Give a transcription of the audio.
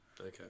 Okay